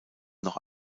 noch